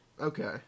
Okay